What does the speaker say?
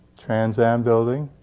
trans am building.